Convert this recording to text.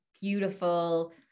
beautiful